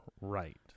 Right